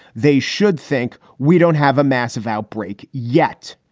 they should think we don't have a massive outbreak yet.